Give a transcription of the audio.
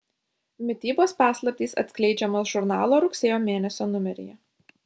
mitybos paslaptys atskleidžiamos žurnalo rugsėjo mėnesio numeryje